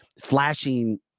flashing